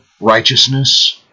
righteousness